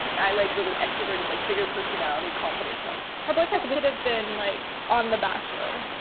i like really extroverted, like bigger personality, confident types. her boyfriend could've been like on the bachelor.